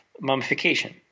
mummification